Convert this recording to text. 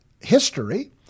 history